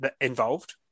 involved